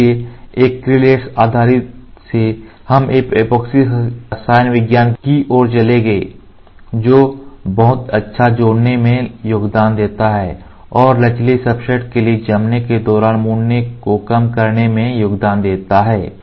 इसलिए ऐक्रेलिक आधारित से हम ऐपोक्सी रसायन विज्ञान की ओर चले गए जो बहुत अच्छा जोड़ने में योगदान देता है और लचीले सब्सट्रेट के लिए जमने के दौरान मुड़ने को कम करने में योगदान देता है